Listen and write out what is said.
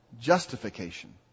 Justification